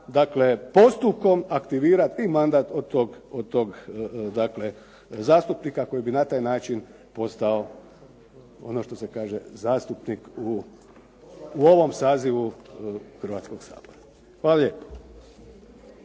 postupkom aktivirati i mandat od tog zastupnika koji bi na taj način postao ono što se kaže zastupnik u ovom sazivu Hrvatskog sabora. Hvala lijepo.